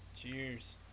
Cheers